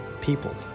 people